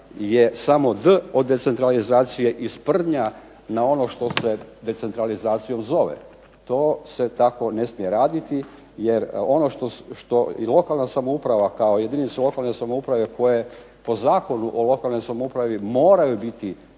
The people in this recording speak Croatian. je samo D od decentralizacije i sprdnja na ono što se decentralizacijom zove. To se tako ne smije raditi, jer ono što i lokalna samouprava, kao jedinice lokalne samouprave koje po Zakonu o lokalnoj samoupravi moraju biti